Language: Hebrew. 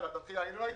יאללה, תתחיל לאיים.